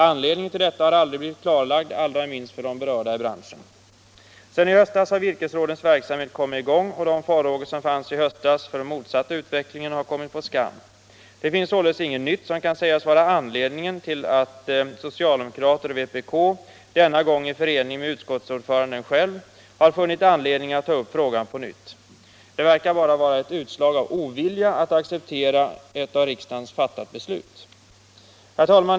Anledningen till detta har aldrig blivit klarlagd, allra minst för de berörda i branschen. Sedan i höstas har virkesrådens verksamhet kommit i gång, och de farhågor som fanns i höstas för den fortsatta utvecklingen har kommit på skam. Det finns således inget nytt som kan sägas vara anledningen till att socialdemokraterna och vpk, denna gång i förening med utskottsordföranden själv, har funnit anledning att ta upp frågan på nytt. Det verkar bara vara ett utslag av ovilja att acceptera ett av riksdagen fattat beslut. Herr talman!